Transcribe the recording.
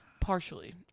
Partially